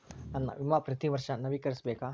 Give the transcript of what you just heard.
ನನ್ನ ವಿಮಾ ಪ್ರತಿ ವರ್ಷಾ ನವೇಕರಿಸಬೇಕಾ?